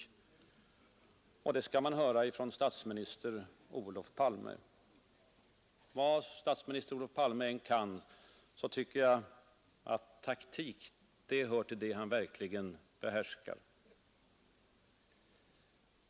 — Och det skall man få höra från statsminister Olof Palme! Vad statsminister Olof Palme än kan, nog tycker jag att taktik är något som han verkligen behärskar.